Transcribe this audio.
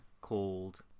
called